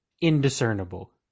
indiscernible